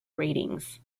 ratings